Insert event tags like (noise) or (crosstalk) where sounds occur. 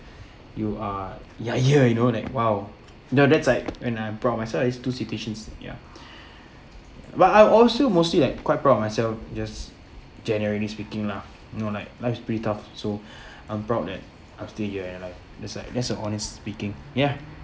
you are you are here you know like !wow! know that's like when I am proud of myself are these two situations ya but I also mostly like quite proud of myself just generally speaking lah you know like life's pretty tough so (breath) I'm proud that I'm still here and like that's like that's an honest speaking ya